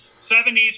70s